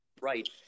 right